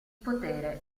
potere